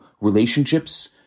relationships